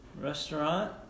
restaurant